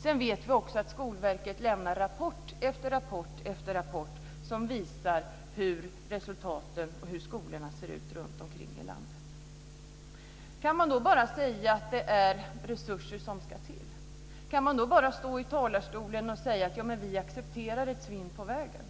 Sedan vet vi också att Skolverket lämnar rapport efter rapport som visar hur resultaten och skolorna ser ut runt om i landet. Kan man då bara säga att det är resurser som ska till? Kan man då bara stå i talarstolen och säga att vi accepterar ett svinn på vägen?